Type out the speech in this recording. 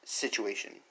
situation